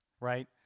right